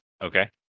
okay